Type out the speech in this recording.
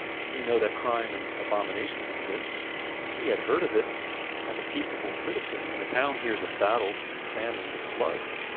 as we know that crime and abominations exist he had heard of it as a peaceable citizen in a town hears of battles, famines, and floods,